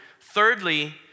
Thirdly